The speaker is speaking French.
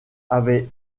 avait